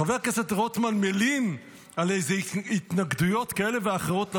חבר הכנסת רוטמן מלין על איזה התנגדויות כאלו ואחרות לחוק,